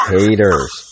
Haters